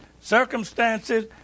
circumstances